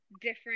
different